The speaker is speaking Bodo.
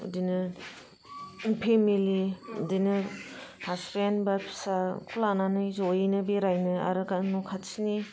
बिदिनो फेमिलि बिदिनो हासबेन्द बा फिसाखौ लानानै ज'यैनो बेरायनो आरो न'खाथिनि